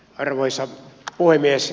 arvoisa puhemies